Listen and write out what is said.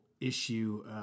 issue